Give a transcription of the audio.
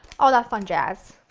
all that fun jazz.